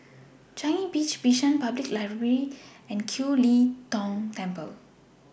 Changi Beach Bishan Public Library and Kiew Lee Tong Temple